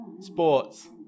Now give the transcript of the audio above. Sports